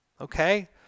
Okay